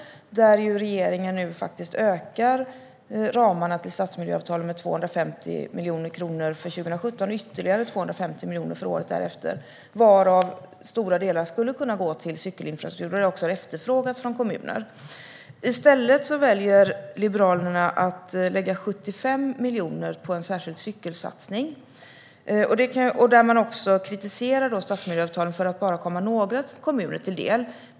Där ökar regeringen faktiskt ramarna till stadsmiljöavtal med 250 miljoner kronor för 2017 och ytterligare 250 miljoner för året därefter, varav stora delar skulle kunna gå till cykelinfrastruktur, något som också har efterfrågats av kommunerna. I stället väljer Liberalerna att lägga 75 miljoner på en särskild cykelsatsning. De kritiserar stadsmiljöavtalen för att de bara kommer några kommuner till del.